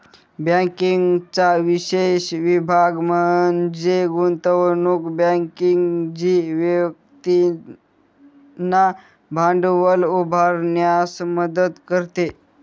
बँकिंगचा विशेष विभाग म्हणजे गुंतवणूक बँकिंग जी व्यक्तींना भांडवल उभारण्यास मदत करते